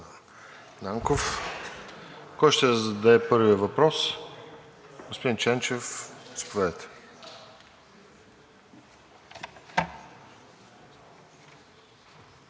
Нанков. Кой ще зададе първия въпрос? Господин Ченчев, заповядайте.